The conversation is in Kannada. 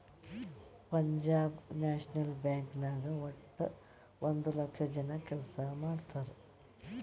ಪಂಜಾಬ್ ನ್ಯಾಷನಲ್ ಬ್ಯಾಂಕ್ ನಾಗ್ ವಟ್ಟ ಒಂದ್ ಲಕ್ಷ ಜನ ಕೆಲ್ಸಾ ಮಾಡ್ತಾರ್